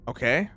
Okay